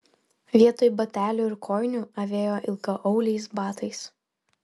vietoj batelių ir kojinių avėjo ilgaauliais batais